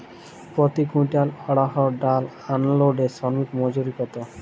প্রতি কুইন্টল অড়হর ডাল আনলোডে শ্রমিক মজুরি কত?